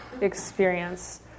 experience